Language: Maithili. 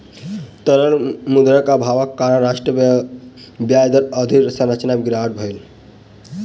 तरल मुद्रा के अभावक कारण राष्ट्रक ब्याज दर अवधि संरचना में गिरावट भेल